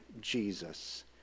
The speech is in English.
Jesus